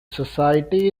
society